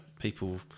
people